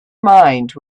mind